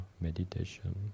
meditation